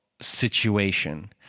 situation